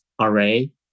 array